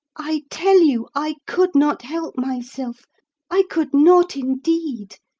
i tell you i could not help myself i could not, indeed.